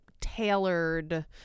tailored